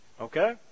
Okay